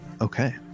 Okay